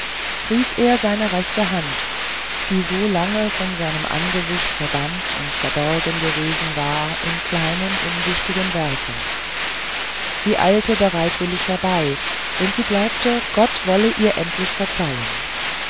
rief er seine rechte hand die so lange von seinem angesicht verbannt und verborgen gewesen war in kleinen unwichtigen werken sie eilte bereitwillig herbei denn sie glaubte gott wolle ihr endlich verzeihen